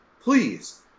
Please